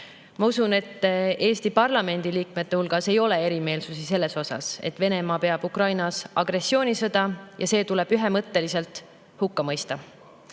Ma usun, et Eesti parlamendi liikmete hulgas ei ole erimeelsusi selles [mõttes], et Venemaa peab Ukrainas agressioonisõda ja see tuleb ühemõtteliselt hukka mõista.